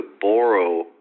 borrow